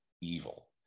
evil